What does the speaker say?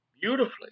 beautifully